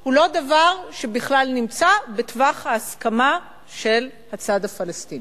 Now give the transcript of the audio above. הוא לא דבר שבכלל נמצא בטווח ההסכמה של הצד הפלסטיני.